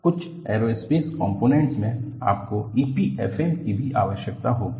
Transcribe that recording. कुछ aerospace components में आपको EPFM की भी आवश्यकता होगी